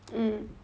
mm